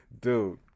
Dude